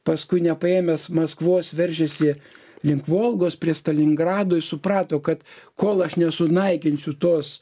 paskui nepaėmęs maskvos veržėsi link volgos prie stalingrado jis suprato kad kol aš nesunaikinsiu tos